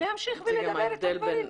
להמשיך ולדבר על הדברים.